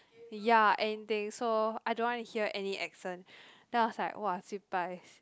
ya and they 说 I don't want to hear any accent then I was like !wah!